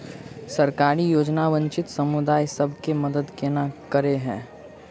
सरकारी योजना वंचित समुदाय सब केँ मदद केना करे है?